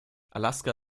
alaska